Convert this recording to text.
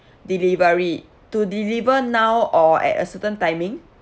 delivery to deliver now or at a certain timing